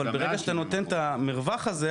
אבל ברגע שאתה נותן את המרווח הזה,